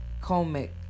comic